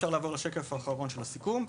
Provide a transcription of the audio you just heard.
לסיכום,